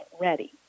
ready